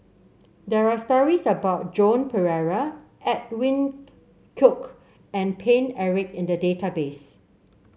there are stories about Joan Pereira Edwin Koek and Paine Eric in the database